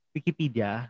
Wikipedia